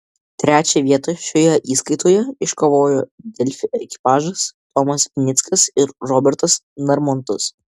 trečią vietą šioje įskaitoje iškovojo delfi ekipažas tomas vinickas ir robertas narmontas